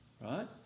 right